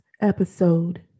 episode